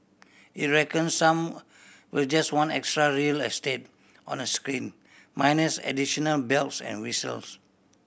it reckon some will just want extra real estate on a screen minus additional bells and whistles